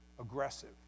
aggressive